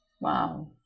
wow